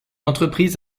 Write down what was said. entreprise